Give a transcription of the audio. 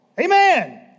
Amen